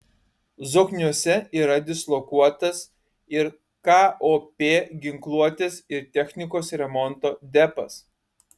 zokniuose yra dislokuotas ir kop ginkluotės ir technikos remonto depas